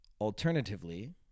Alternatively